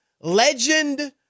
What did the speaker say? Legend